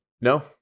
No